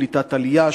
קליטת עלייה,